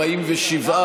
47,